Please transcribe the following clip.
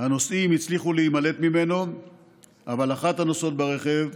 הנוסעים הצליחו להימלט ממנו אבל אחת הנוסעות ברכב,